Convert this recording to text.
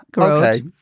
Okay